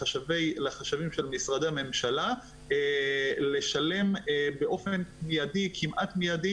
לחשבים של משרדי הממשלה לשלם באופן כמעט מידי